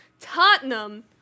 Tottenham